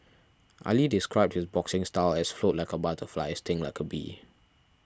Ali described his boxing style as float like a butterfly sting like a bee